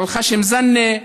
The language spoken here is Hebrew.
על אל-ח'שם זנה,